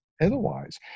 otherwise